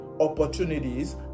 opportunities